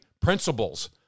principles